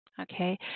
okay